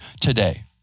today